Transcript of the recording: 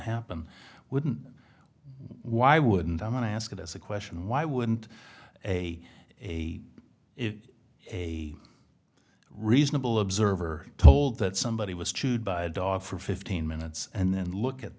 happen wouldn't why wouldn't i want to ask it as a question why wouldn't a a if a reasonable observer told that somebody was chewed by a dog for fifteen minutes and then look at